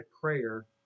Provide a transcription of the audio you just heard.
prayer